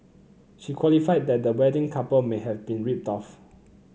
she qualified that the wedding couple may have been ripped off